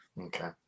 okay